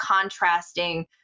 contrasting